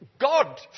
God